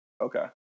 Okay